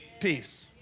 peace